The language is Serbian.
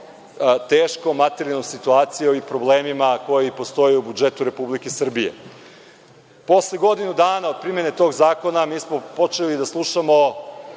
teškom materijalnom situacijom i problemima koji postoje u budžetu Republike Srbije. Posle godinu dana od primene tog zakona mi smo počeli da slušamo